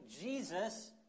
Jesus